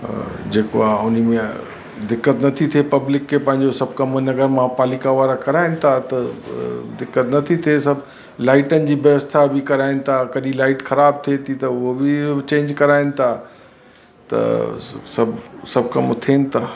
जेको आहे उन में दिक़त नथी थिए पब्लिक खे पंहिंजो सभु कम उन खे महापालिका वारा खरा आहिनि था त दिक़त नथी थिए सभु लाइटनि जी व्यवस्था बि कराइनि था कॾहिं लाइट ख़राबु थिए थी त उहो बि चैंज कराइनि था त सभु सभु कम थियनि था